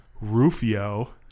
Rufio